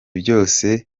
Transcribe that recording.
byose